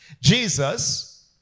Jesus